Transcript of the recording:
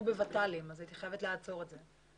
בוות"לים והייתי חייבת לעצור את זה.